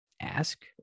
ask